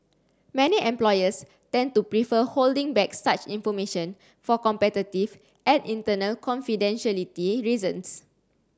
many employers tend to prefer holding back such information for competitive and internal confidentiality reasons